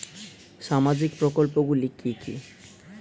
সামাজিক প্রকল্প গুলি কি কি?